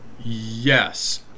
Yes